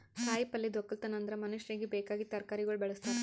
ಕಾಯಿ ಪಲ್ಯದ್ ಒಕ್ಕಲತನ ಅಂದುರ್ ಮನುಷ್ಯರಿಗಿ ಬೇಕಾಗಿದ್ ತರಕಾರಿಗೊಳ್ ಬೆಳುಸ್ತಾರ್